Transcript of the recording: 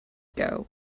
ago